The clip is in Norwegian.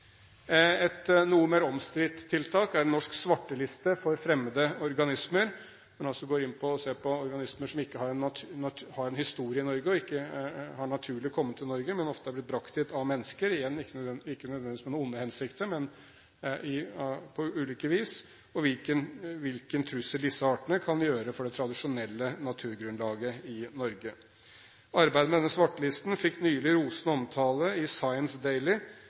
Et noe mer omstridt tiltak er norsk svarteliste for fremmede organismer. Man kan også gå inn og se på organismer som ikke har en historie i Norge, og som ikke naturlig har kommet til Norge, men som ofte er brakt hit av mennesker – ikke nødvendigvis av onde hensikter – på ulike vis, og hvilken trussel disse artene kan utgjøre for det tradisjonelle naturgrunnlaget i Norge. Arbeidet med denne svartelisten fikk nylig rosende omtale i